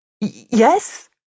Yes